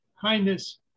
kindness